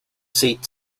seat